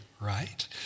right